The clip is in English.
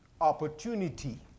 opportunity